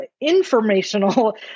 informational